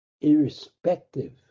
irrespective